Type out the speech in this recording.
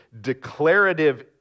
declarative